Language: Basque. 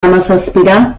hamazazpira